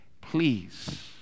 Please